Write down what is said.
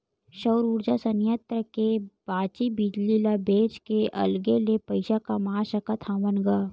सउर उरजा संयत्र के बाचे बिजली ल बेच के अलगे ले पइसा कमा सकत हवन ग